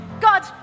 God